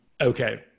Okay